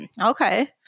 okay